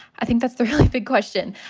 i think that's the really big question.